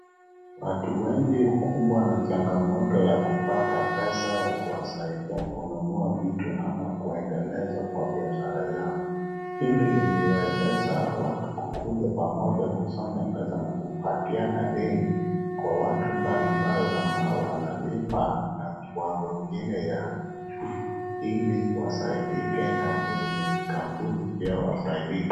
Watu wengi hukumbwa na changamoto ya kupata pesa ya kuwasaidia kununua vitu ama kuendeleza kwa biashara yao. Hili iliwezesha watu kukuja pamoja kusanya pesa na kupatiana deni kwa watu mbalimbali ambao wanalipa na kiwango ingine ya juu ili wasaidike na wenye kampuni pia wasaidike.